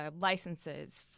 licenses